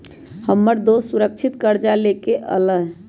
हमर दोस सुरक्षित करजा लेलकै ह